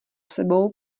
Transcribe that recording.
sebou